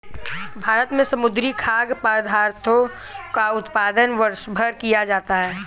भारत में समुद्री खाद्य पदार्थों का उत्पादन वर्षभर किया जाता है